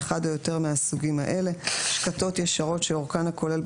מאחד או יותר מסוגים האלה: שקתות ישרות שאורכן הכולל,